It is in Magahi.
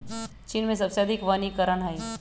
चीन में सबसे अधिक वनीकरण हई